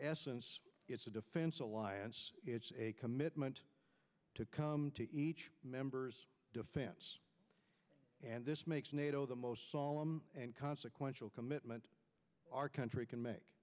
it's a defense alliance it's a commitment to come to each member's defense and this makes nato the most solemn and consequential commitment our country can make